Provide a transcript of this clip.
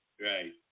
Right